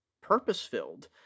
purpose-filled